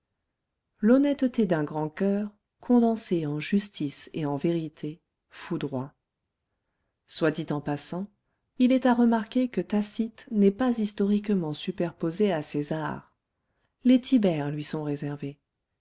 l'honnêteté d'un grand coeur condensée en justice et en vérité foudroie soit dit en passant il est à remarquer que tacite n'est pas historiquement superposé à césar les tibères lui sont réservés